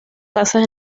casas